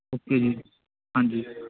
okay ਜੀ ਹਾਂਜੀ